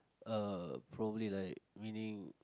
uh probably like meaning